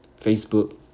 Facebook